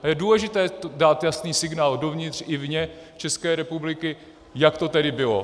Je důležité dát jasný signál dovnitř i vně České republiky, jak to tedy bylo.